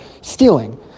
stealing